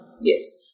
Yes